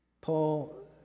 Paul